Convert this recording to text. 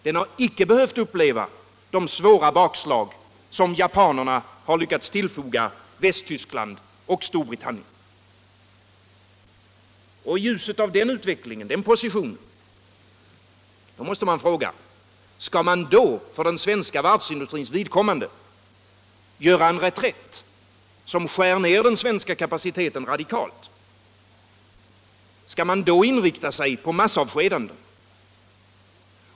Den har icke behövt uppleva de svåra bakslag som japanerna har lyckats tillfoga Västtyskland och Storbritannien. I ljuset av den positionen måste man fråga: Skall man då för den svenska varvsindustrins vidkommande göra en reträtt, som skär ner den svenska kapaciteten radikalt? Skall man inrikta sig på massavskedanden?